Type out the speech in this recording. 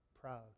proud